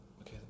okay